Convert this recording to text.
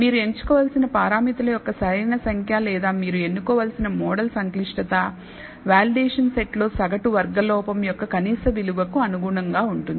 మీరు ఎంచుకోవలసిన పారామితుల యొక్క సరైన సంఖ్య లేదా మీరు ఎన్నుకోవలసిన మోడల్ సంక్లిష్టత వాలిడేషన్ సెట్ లో సగటు వర్గ లోపం యొక్క కనీస విలువకు అనుగుణంగా ఉంటుంది